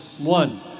One